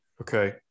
Okay